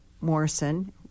Morrison